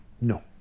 No